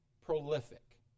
prolific